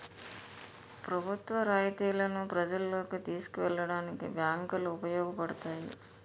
ప్రభుత్వ రాయితీలను ప్రజల్లోకి తీసుకెళ్లడానికి బ్యాంకులు ఉపయోగపడతాయి